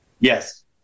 Yes